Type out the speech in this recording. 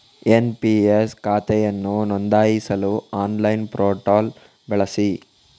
NPS ಖಾತೆಯನ್ನು ನೋಂದಾಯಿಸಲು online portal ಬಳಸಿ